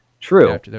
True